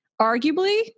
arguably